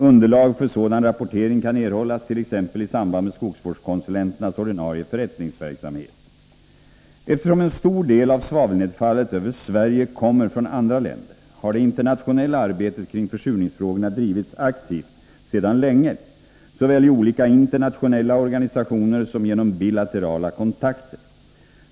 Underlag för sådan rapportering kan erhållas t.ex. i samband med skogsvårdskonsulenternas ordinarie förrättningsverksamhet. Eftersom en stor del av svavelnedfallet över Sverige kommer från andra länder, har det internationella arbetet med försurningsfrågorna sedan länge drivits aktivt, såväl i olika internationella organisationer som genom bilaterala kontakter.